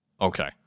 Okay